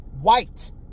white